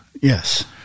yes